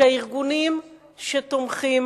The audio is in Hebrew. הארגונים שתומכים